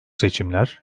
seçimler